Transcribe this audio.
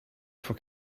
for